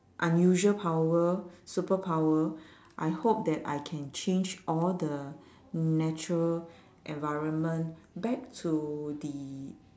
unusual power superpower I hope that I can change all the natural environment back to the